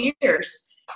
years